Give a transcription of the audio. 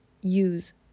use